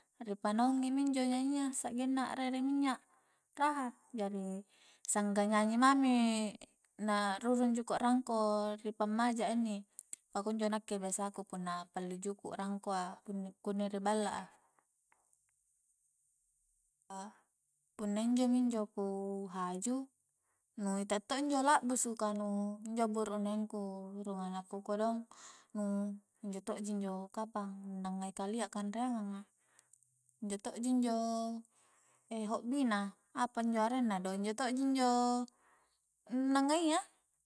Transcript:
Ri panaungi mi injo nyanyi a sa'genna a'rere minnya raha jari sangga nyanyi mami na rurung juku' rangko ri pammaja a inni pakunjo nakke biasa ku punna pallu juku' rangkoa kunni-kunni riballa a a punna injo minjo ku haju nu itak to injo lakbusu ka nu injo burukneng ku rung anakku kodong nu injo to'ji injo kapang na ngai kalia kanreangang a injo to ji injo ho'bi na apanjo arenna do injo to'ji injo n ngai a